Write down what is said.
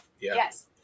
Yes